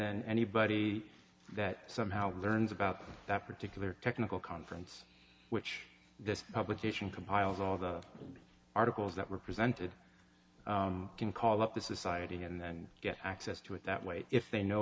then anybody that somehow learns about that particular technical conference which this publication compiles all the articles that were presented can call up the society and get access to it that way if they know